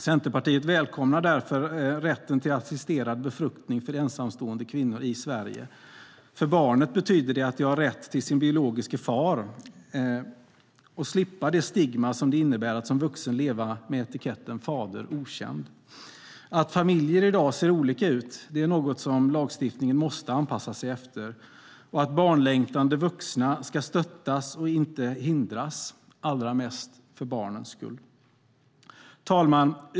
Centerpartiet välkomnar därför rätten till assisterad befruktning för ensamstående kvinnor i Sverige. För barnet betyder det att det har rätt till sin biologiska far och slipper det stigma som det innebär att som vuxen leva med etiketten "fader okänd". Att familjer i dag ser olika ut är något som lagstiftningen måste anpassa sig efter. Barnlängtande vuxna ska stöttas och inte hindras, allra mest för barnens skull. Herr talman!